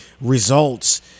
results